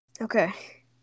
Okay